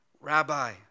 Rabbi